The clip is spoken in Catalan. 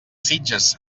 sitges